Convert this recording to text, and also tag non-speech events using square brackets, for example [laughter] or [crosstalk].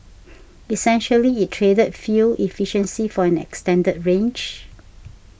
[noise] essentially it traded fuel efficiency for an extended range [noise]